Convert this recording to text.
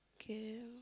okay